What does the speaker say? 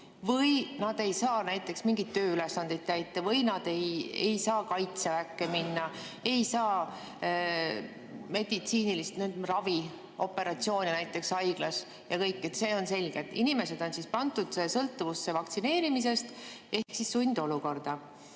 või nad ei saa näiteks mingeid tööülesandeid täita, ei saa Kaitseväkke minna, ei saa meditsiinilist ravi, operatsioone näiteks haiglas jms. See on selge, et inimesed on pandud sõltuvusse vaktsineerimisest ehk sundolukorda.